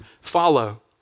follow